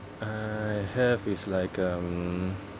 I have is like um